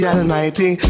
Almighty